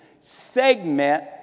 segment